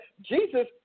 Jesus